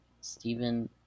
Stephen